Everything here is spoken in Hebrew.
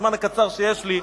בזמן הקצר שיש לי,